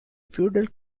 feudal